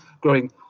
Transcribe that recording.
growing